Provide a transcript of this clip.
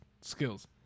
skills